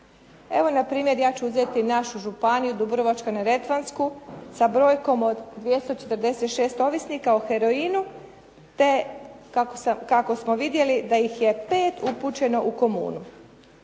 Evo npr. ja ću uzeti našu županiju, Dubrovačko-neretvansku sa brojkom od 246 ovisnika o heroinu, te kako smo vidjeli da ih je pet upućeno u komunu.